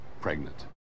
pregnant